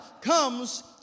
comes